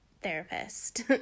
therapist